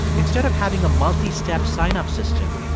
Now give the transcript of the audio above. instead of having a multistep sign-up system,